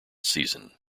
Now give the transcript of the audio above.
season